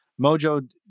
Mojo